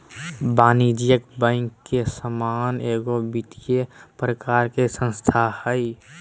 वाणिज्यिक बैंक के समान एगो वित्तिय प्रकार के संस्था हइ